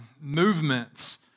movements